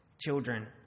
Children